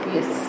Yes